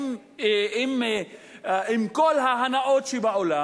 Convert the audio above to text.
עם כל ההנאות שבעולם,